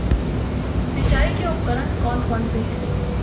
सिंचाई के उपकरण कौन कौन से हैं?